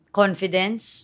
confidence